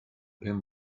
pum